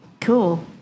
cool